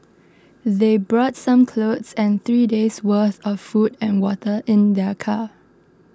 they brought some clothes and three days' worth of food and water in their car